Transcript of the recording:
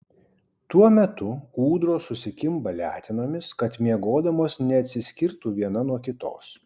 tuo metu ūdros susikimba letenomis kad miegodamos neatsiskirtų viena nuo kitos